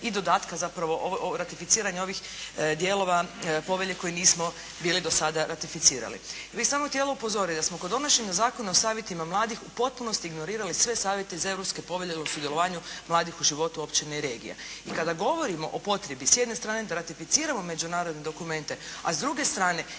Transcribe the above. i dodatka zapravo o ratificiranju ovih dijelova povelje koje nismo bili do sada ratificirali. Ja bih samo htjela upozoriti da smo kod donošenja Zakona o savjetima mladih u potpunosti ignorirali sve savjete iz Europske povelje mladih u životu općina i regija i kada govorimo o potrebi s jedne strane da ratificiramo međunarodne dokumente, a s druge strane